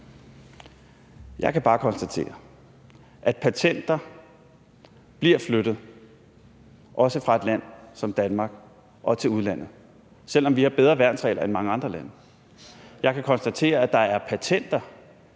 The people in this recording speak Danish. Jeg kan bare konstatere, at patenter bliver flyttet til udlandet, også fra et land som Danmark, selv om vi har bedre værnsregler end mange andre lande. Jeg kan konstatere, at der er patenter